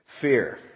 fear